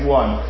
one